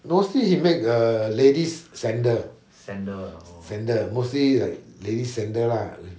mostly he make uh ladies' sandals sandals mostly ladies' sandals lah